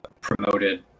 promoted